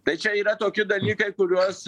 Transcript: tai čia yra toki dalykai kuriuos